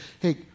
hey